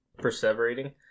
perseverating